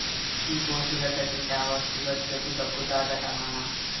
ఈ కోసుగడ్డ తింటివా సుగర్ జబ్బు తగ్గుతాదట మామా